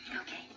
Okay